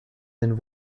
than